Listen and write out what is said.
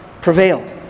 prevailed